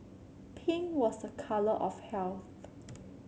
pink was a colour of health